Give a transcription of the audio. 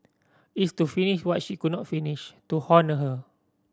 it's to finish what she could not finish to honour her